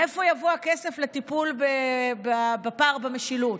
מאיפה יבוא הכסף לטיפול בפער במשילות?